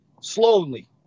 slowly